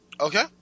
Okay